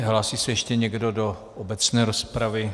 Hlásí se ještě někdo do obecné rozpravy?